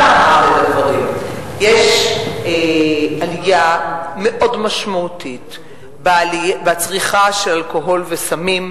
יש עלייה מאוד משמעותית בצריכה של אלכוהול וסמים,